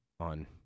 on